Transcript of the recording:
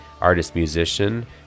artist-musician